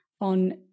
on